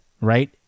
right